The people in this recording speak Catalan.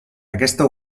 aquesta